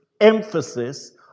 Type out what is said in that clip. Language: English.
emphasis